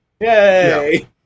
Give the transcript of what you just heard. Yay